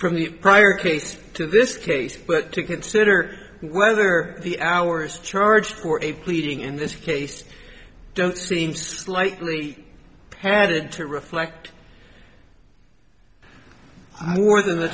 from the prior case to this case to consider whether the hours charge for a pleading in this case don't seem slightly padded to reflect more than the